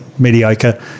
mediocre